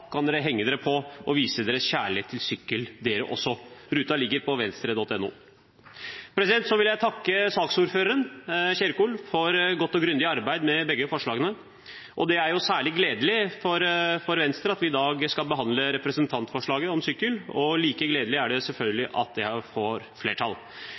kan dere henge dere på og vise deres kjærlighet til sykkel, dere også. Ruta ligger på Venstre.no. Så vil jeg takke saksordføreren, Ingvild Kjerkol, for godt og grundig arbeid med begge forslagene. Det er jo særlig gledelig for Venstre at vi i dag skal behandle representantforslaget om sykkel, og like gledelig er det selvfølgelig at det får flertall.